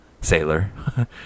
sailor